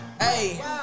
Hey